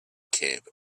camp